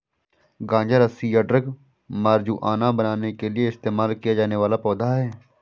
गांजा रस्सी या ड्रग मारिजुआना बनाने के लिए इस्तेमाल किया जाने वाला पौधा है